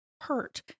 hurt